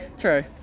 True